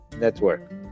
network